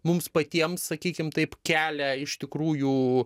mums patiems sakykim taip kelia iš tikrųjų